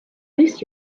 this